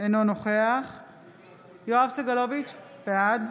אינו נוכח יואב סגלוביץ' בעד